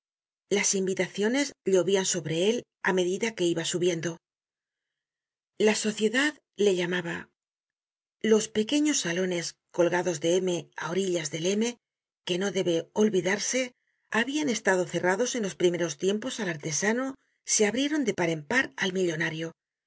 las invitaciones llovian sobre él á medida que iba subiendo la sociedad le llamaba los pequeños salones colgados de m á orillas del m que no debe olvidarse habian estado cerrados en los primeros tiempos al artesano se abrieron de par en par al millonario